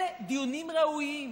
אלה דיונים ראויים.